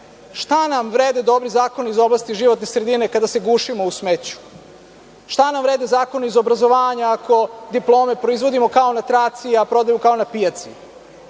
Šta nam vrede dobri zakoni iz oblasti životne sredine kada se gušimo u smeću, šta nam vrede zakoni iz obrazovanja ako diplome proizvodimo kao na traci, a prodajemo kao na pijaci?